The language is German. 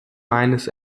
meines